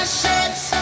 ships